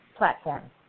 Platform